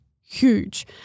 huge